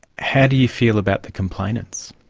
how do you feel about the complainants?